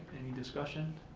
any discussion?